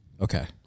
Okay